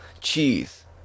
cheese